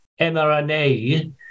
mRNA